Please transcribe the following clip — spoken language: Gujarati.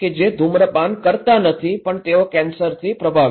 કે જે ધૂમ્રપાન કરતા નથી પણ તેઓ કેન્સરથી પ્રભાવિત છે